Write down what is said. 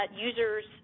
users